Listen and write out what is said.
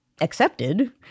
accepted